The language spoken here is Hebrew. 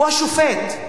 הוא השופט.